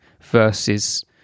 versus